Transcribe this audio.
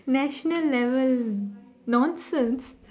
national level nonsense